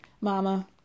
mama